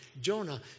jonah